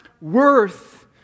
worth